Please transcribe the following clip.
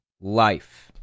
life